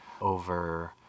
over